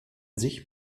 sich